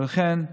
ולכן,